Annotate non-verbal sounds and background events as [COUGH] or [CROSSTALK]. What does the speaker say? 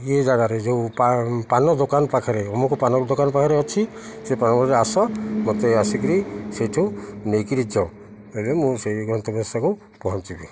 ଇଏ ଜାଗାରେ ଯୋଉ ପାନ ଦୋକାନ ପାଖରେ ଅମୁକ ପାନ ଦୋକାନ ପାଖରେ ଅଛି ସେ ପାନ କରେ ଆସ ମୋତେ ଆସି କରି ସେଇଠୁ ନେଇ କରି ଯାଅ ଏବେ ମୁଁ ସେଇ [UNINTELLIGIBLE] ପହଞ୍ଚିବି